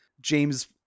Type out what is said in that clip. james